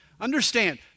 Understand